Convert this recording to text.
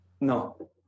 No